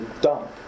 dump